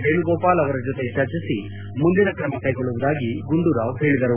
ವೇಣುಗೋಪಾಲ ಜೊತೆ ಚರ್ಚಿಸಿ ಮುಂದಿನ ಕ್ರಮ ಕೈಗೊಳ್ಳುವುದಾಗಿ ಗುಂಡೂರಾವ್ ಹೇಳಿದರು